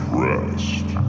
rest